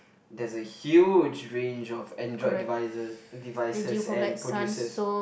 there's huge range of Android devices devices and producers